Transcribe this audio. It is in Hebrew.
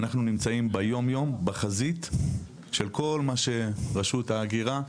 נמצאים ביום יום בחזית שכל מה שרשות ההגירה,